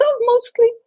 mostly